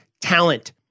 talent